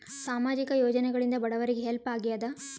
ಸಾಮಾಜಿಕ ಯೋಜನೆಗಳಿಂದ ಬಡವರಿಗೆ ಹೆಲ್ಪ್ ಆಗ್ಯಾದ?